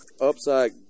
upside